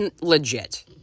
legit